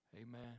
Amen